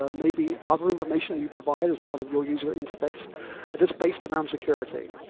ah maybe other information you provide as part of your user interface that is based around security.